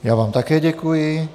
Já vám také děkuji.